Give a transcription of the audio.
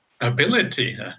ability